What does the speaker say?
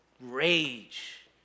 rage